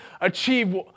achieve